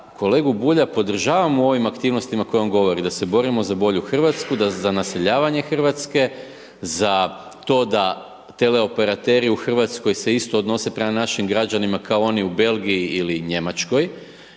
kolegu Bulja podržavam u ovim aktivnostima koje on govori, da se borimo za bolju Hrvatsku, za naseljavanje Hrvatske, za to da teleoperateri se u Hrvatskoj isto odnose prema našim građanima kao oni u Belgiji ili Njemačkoj,